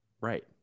right